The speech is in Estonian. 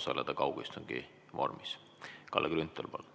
osaleda kaugistungi vormis. Kalle Grünthal,